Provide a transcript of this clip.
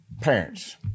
parents